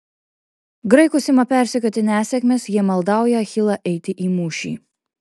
graikus ima persekioti nesėkmės jie maldauja achilą eiti į mūšį